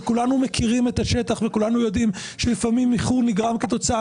וכולנו מכירים את השטח וכולנו יודעים שלפעמים איחור נגרם כתוצאה